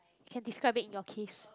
can describe it in your case